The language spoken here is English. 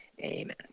Amen